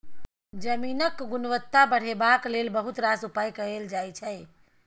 जमीनक गुणवत्ता बढ़ेबाक लेल बहुत रास उपाय कएल जाइ छै